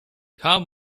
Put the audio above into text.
calm